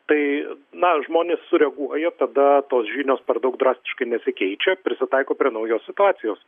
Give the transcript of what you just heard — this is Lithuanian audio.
tai na žmonės sureaguoja tada tos žinios per daug drastiškai nesikeičia prisitaiko prie naujos situacijos